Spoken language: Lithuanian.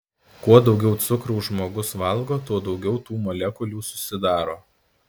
kuo daugiau cukraus žmogus valgo tuo daugiau tų molekulių susidaro